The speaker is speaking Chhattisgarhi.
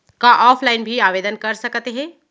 का ऑफलाइन भी आवदेन कर सकत हे?